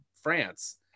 france